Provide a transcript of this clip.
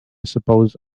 suppose